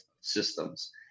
systems